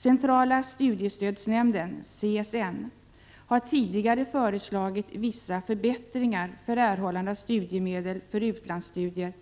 Centrala studiestödsnämnden, CSN, har tidigare föreslagit vissa förbättringar för erhållande av studiemedel för utlandsstudier,